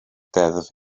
deddf